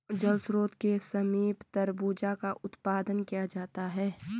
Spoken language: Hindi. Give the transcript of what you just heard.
जल स्रोत के समीप तरबूजा का उत्पादन किया जाता है